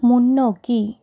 முன்னோக்கி